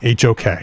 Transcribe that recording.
HOK